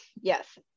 Yes